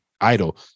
idle